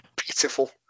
Beautiful